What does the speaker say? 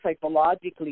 psychologically